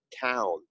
town